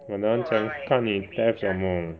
很难讲看你 theft 什么